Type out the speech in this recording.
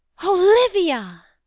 olivia!